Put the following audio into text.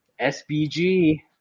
SBG